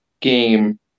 game